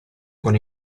con